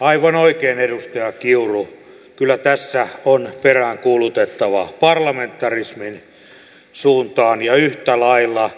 aivan oikein edustaja kiuru kyllä tässä on peräänkuulutettava parlamentarismin suuntaan ja yhtä lailla